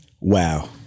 Wow